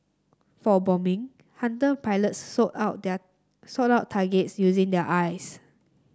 for bombing Hunter pilots sought out their sought out targets using their eyes